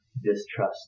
distrust